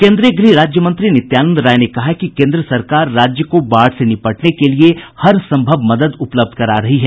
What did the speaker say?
केन्द्रीय गृह राज्यमंत्री नित्यानंद राय ने कहा है कि केन्द्र सरकार राज्य को बाढ़ से निपटने के लिये हरसंभव मदद उपलब्ध करा रही है